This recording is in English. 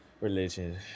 religion